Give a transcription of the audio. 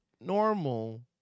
normal